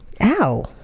Ow